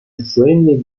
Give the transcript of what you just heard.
extremely